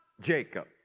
Jacob